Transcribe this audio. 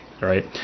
right